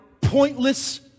pointless